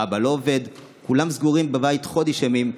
האבא לא עובד, וכולם סגורים בבית חודש ימים.